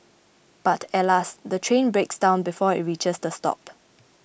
but alas the train breaks down before it reaches the stop